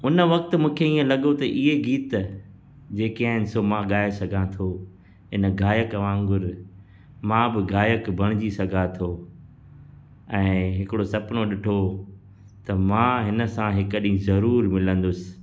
हुन वक़्ति मूंखे ईअं लॻो त हीअ गीत जेके आहिनि सो मां ॻाए सघां थो इन गायक वागुंरु मां बि गायक बणिजी सघां थो ऐं हिकिड़ो सुपिनो ॾिठो त मां हिन सां हिकु ॾींहुं ज़रूरु मिलंदुसि